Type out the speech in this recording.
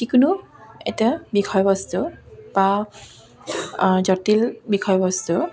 যিকোনো এটা বিষয়বস্তু বা জটিল বিষয়বস্তু